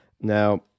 Now